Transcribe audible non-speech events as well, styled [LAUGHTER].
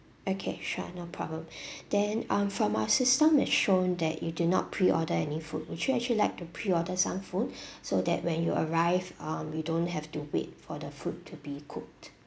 okay sure no problem [BREATH] then um from our system it shown that you did not pre order any food would you actually like to pre order some food [BREATH] so that when you arrive um we don't have to wait for the food to be cooked